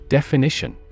Definition